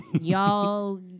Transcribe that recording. y'all